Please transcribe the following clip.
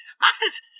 Masters